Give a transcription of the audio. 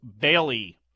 Bailey